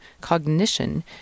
cognition